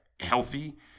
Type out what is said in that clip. healthy